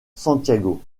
santiago